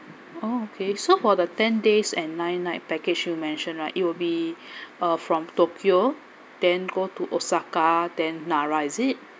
okay so for the ten days and nine night package you mentioned right it will be uh from tokyo then go to osaka then nara is it